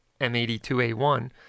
M82A1